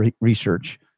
research